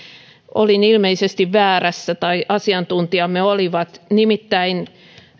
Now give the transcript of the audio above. olin ilmeisesti väärässä tai asiantuntijamme olivat nimittäin